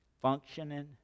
Functioning